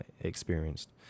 experienced